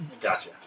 Gotcha